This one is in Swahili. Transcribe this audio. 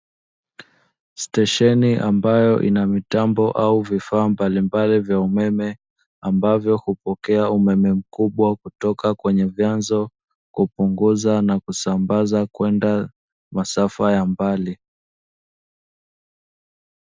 Stesheni ambayo ina mitambo au vifaa mbalimbali vya umeme ambavyo hupokea umeme mkubwa kutoka kwenye vyanzo, kupunguza na kusambaza kwenda masafa ya mbali.